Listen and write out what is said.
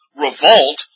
revolt